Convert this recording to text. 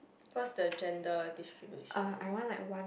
what's the gender distribution like